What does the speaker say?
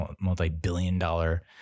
multi-billion-dollar